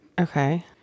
okay